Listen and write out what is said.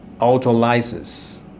autolysis